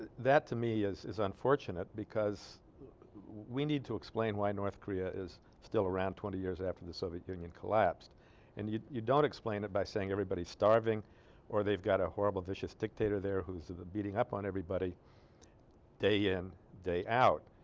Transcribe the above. that to me is his unfortunate because we need to explain why north korea is still around twenty years after the soviet union collapsed and you you don't explain it by saying everybody's starving or they've got a horrible vicious dictator there whose beating up on everybody day in day out